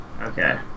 Okay